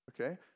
Okay